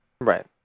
right